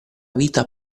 vita